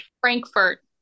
Frankfurt